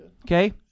Okay